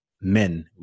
men